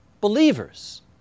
believers